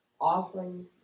offering